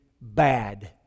bad